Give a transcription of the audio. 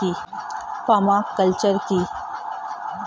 Parma culture কি?